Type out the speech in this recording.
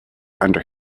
under